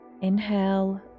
inhale